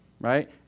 right